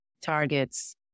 targets